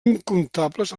incomptables